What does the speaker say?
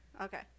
Okay